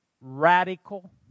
radical